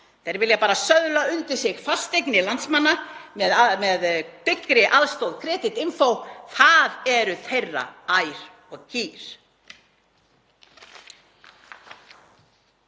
Þeir vilja bara söðla undir sig fasteignir landsmanna með dyggri aðstoð Creditinfo. Það eru þeirra ær og kýr.